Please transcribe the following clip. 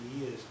years